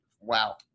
wow